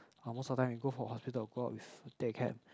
ah most of the time we go for hospital go out with take cab